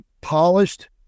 polished